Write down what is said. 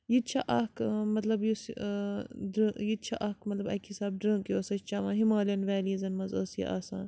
یہِ تہِ چھِ اَکھ مطلب یُس یہِ تہِ چھِ اَکھ مطلب اَکہِ حساب ڈرٛنٛک یۄس أسۍ چٮ۪وان ہِمالِیَن ویلیٖزَن منٛز ٲس یہِ آسان